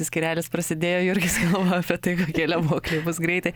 skyrelis prasidėjo jurgis galvojo apie apie tai kokie lemuokliai bus greitai